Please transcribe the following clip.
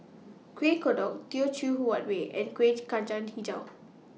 Kuih Kodok Teochew Huat Kuih and Kuih Kacang Hijau